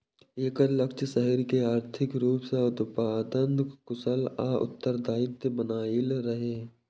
एकर लक्ष्य शहर कें आर्थिक रूप सं उत्पादक, कुशल आ उत्तरदायी बनेनाइ रहै